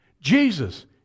Jesus